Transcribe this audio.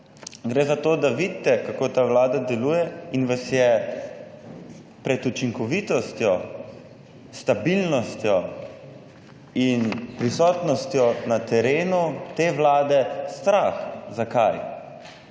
Gre za to, da vidite kako ta Vlada deluje in vas je pred učinkovitostjo, stabilnostjo in prisotnostjo na terenu te Vlade strah. Zakaj?